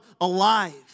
alive